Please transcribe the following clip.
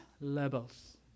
levels